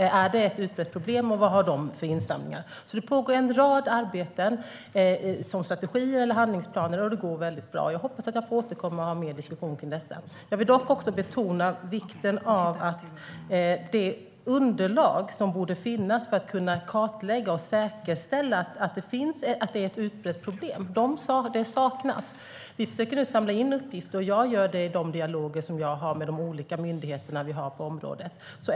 Är det ett utbrett problem, och vad har kyrkan för insamlingar? Det pågår alltså en rad arbeten med strategier eller handlingsplaner, och det går väldigt bra. Jag hoppas att jag får återkomma och ha fler diskussioner om detta. Jag vill dock betona vikten av att det underlag som borde finnas för att kunna kartlägga och fastställa att detta är ett utbrett problem saknas. Vi försöker nu samla in uppgifter. Jag gör det i de dialoger som jag har med de olika myndigheterna på området.